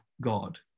God